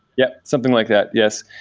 yeah, something like that. yes.